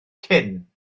cyn